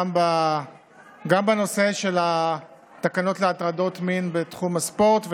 גם בנושא של תקנות להטרדות מין בתחום הספורט,